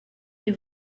des